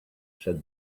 said